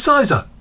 Sizer